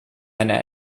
einer